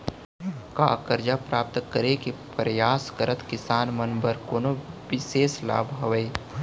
का करजा प्राप्त करे के परयास करत किसान मन बर कोनो बिशेष लाभ हवे?